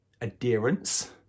adherence